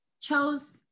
chose